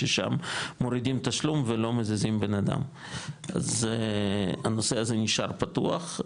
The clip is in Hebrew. ששם מורידים תשלום ולא מזיזים בנאדם אז הנושא הזה נשאר פתוח,